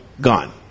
gone